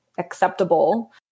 acceptable